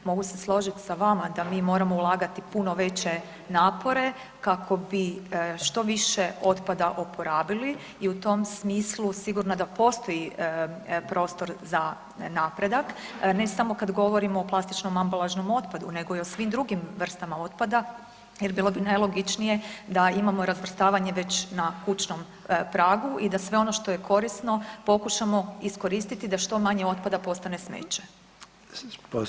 Mogu se složiti sa vama da mi moramo ulagati puno veće napore kako bi što više otpada oporavili i u tom smislu sigurno da postoji prostor za napredak, ne samo kad govorimo o plastičnom ambalažnom otpadu nego i o svim drugim vrstama otpada jer bilo bi najlogičnije da imamo razvrstavanje već na kućnom pragu i da sve ono što je korisno pokušamo iskoristiti da što manje otpada postane smeće.